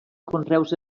conreus